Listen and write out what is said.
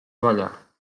vaļā